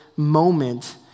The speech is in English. moment